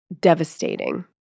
Devastating